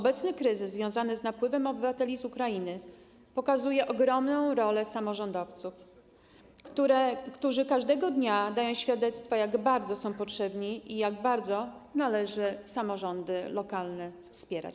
Obecny kryzys związany z napływem obywateli z Ukrainy pokazuje ogromną rolę samorządowców, którzy każdego dnia dają świadectwo, jak bardzo są potrzebni i jak bardzo należy samorządy lokalne wspierać.